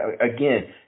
again